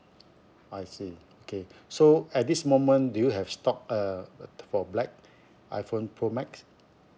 I see okay so at this moment do you have stock uh for black iphone pro max